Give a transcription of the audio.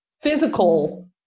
physical